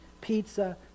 pizza